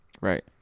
right